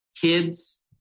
kids